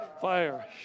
Fire